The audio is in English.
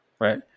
right